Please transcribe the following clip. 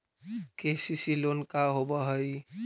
KCC loan का होब हइ?